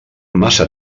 massa